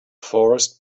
forest